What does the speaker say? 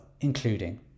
including